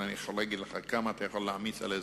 אבל אני חייב להגיד לך: כמה אתה יכול להעמיס על האזרח?